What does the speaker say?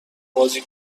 بازی